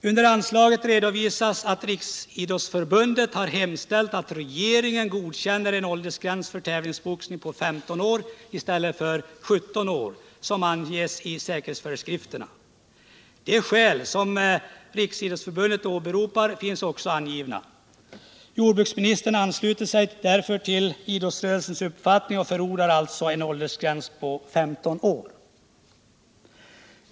Under anslaget redovisas att Riksidrottsförbundet har hemställt om att regeringen godkänner en åldersgräns för tävlingsboxning på 15 år i stället för 17 år som anges i säkerhetsföreskrifterna. De skäl som Riksidrottsförbundet åberopar finns också angivna. Jordbruksministern ansluter sig till idrottsrörelsens uppfattning och förordar alltså en åldersgräns på 15 år.